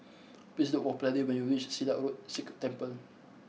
please look for Brady when you reach Silat Road Sikh Temple